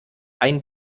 ein